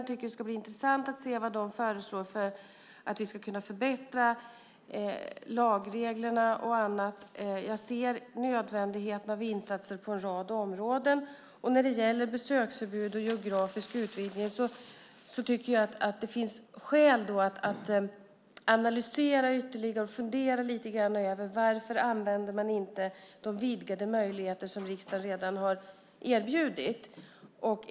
Jag tycker att det ska bli intressant att se vad den föreslår för att vi ska kunna förbättra lagregler och annat. Jag ser nödvändigheten av insatser på en rad områden. När det gäller besöksförbud och geografisk utvidgning tycker jag att det finns skäl att analysera ytterligare och fundera lite över varför man inte använder de vidgade möjligheter som riksdagen redan har erbjudit.